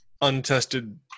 untested